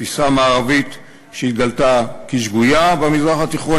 תפיסה מערבית שהתגלתה כשגויה במזרח התיכון,